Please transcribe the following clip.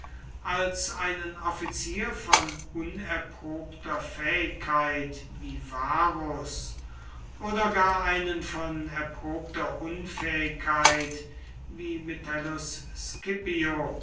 als einen offizier von unerprobter fähigkeit wie varus oder gar einen von erprobter unfähigkeit wie metellus scipio